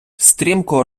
стрімко